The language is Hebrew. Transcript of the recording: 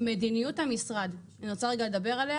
מדיניות המשרד אני רוצה לדבר עליה